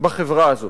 בחברה הזאת.